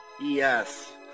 Yes